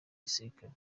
gisirikare